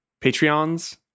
Patreons